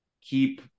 keep